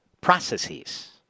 processes